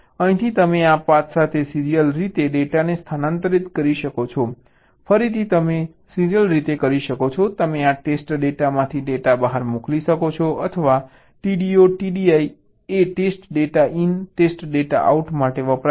અહીંથી તમે આ પાથ સાથે સીરીયલ રીતે ડેટાને સ્થાનાંતરિત કરી શકો છો ફરીથી તમે સીરીયલ રીતે કરી શકો છો તમે આ ટેસ્ટ ડેટામાંથી ડેટા બહાર મોકલી શકો છો અથવા TDO TDI એ test data in test data out માટે વપરાય છે